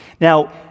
Now